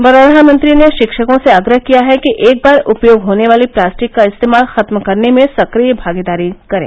प्रधानमंत्री ने शिक्षकों से आप्रह किया है कि एक बार उपयोग होने वाली प्लास्टिक का इस्तेमाल खत्म करने में सक्रिया भागीदारी करें